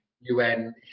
UN